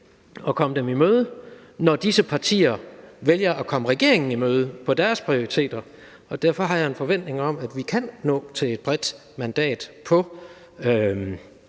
prioriteter i møde, når disse partier vælger at komme regeringen i møde. Derfor har jeg en forventning om, at vi kan nå til et bredt mandat på